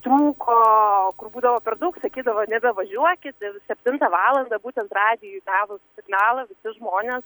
trūko kur būdavo per daug sakydavo nebevažiuokit ir septintą valandą būtent radijui davus signalą visi žmonės